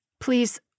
Please